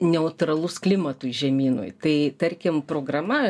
neutralus klimatui žemynui tai tarkim programa